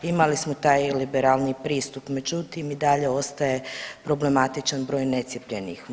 Imali smo taj liberalni pristup međutim i dalje ostaje problematičan broj necijepljenih.